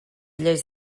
lleis